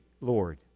Lord